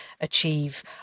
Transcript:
achieve